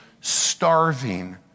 starving